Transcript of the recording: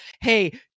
Hey